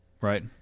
Right